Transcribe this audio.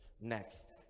next